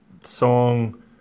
song